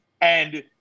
And-